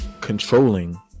controlling